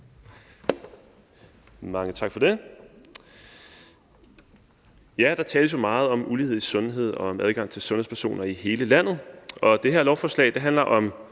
Mange tak for det. Der tales jo meget om ulighed i sundhed og om adgang til sundhedspersoner i hele landet, og det her lovforslag handler om